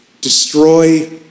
destroy